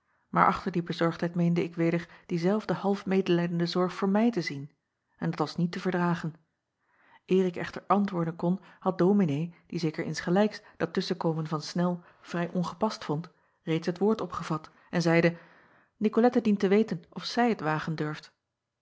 maar achter die bezorgdheid meende ik weder diezelfde half medelijdende zorg voor mij te zien en dat was niet te verdragen er ik echter antwoorden kon had ominee die zeker insgelijks dat tusschenkomen van nel vrij ongepast vond reeds het woord opgevat en zeide icolette dient te weten of zij t wagen durft